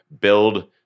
build